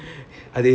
ya